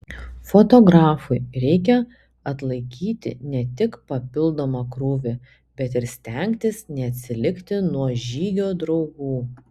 fotografui reikia atlaikyti ne tik papildomą krūvį bet ir stengtis neatsilikti nuo žygio draugų